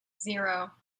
zero